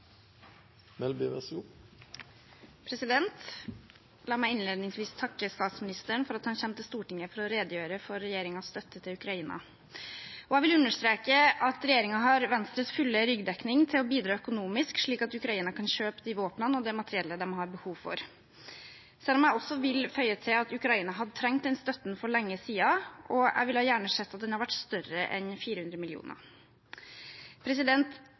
La meg innledningsvis takke statsministeren for at han kommer til Stortinget for å redegjøre for regjeringens støtte til Ukraina. Jeg vil understreke at regjeringen har Venstres fulle ryggdekning til å bidra økonomisk, slik at Ukraina kan kjøpe de våpnene og det materiellet de har behov for, selv om jeg også vil føye til at Ukraina hadde trengt den støtten for lenge siden, og at jeg gjerne hadde sett at den var større enn 400